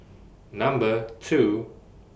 Number two